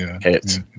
hit